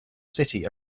city